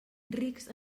rics